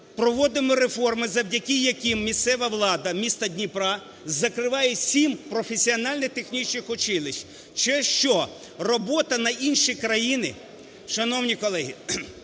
проводимо реформи, завдяки яким місцева влада міста Дніпра закриває сім професіонально-технічних училищ. Це що, робота на інші країни?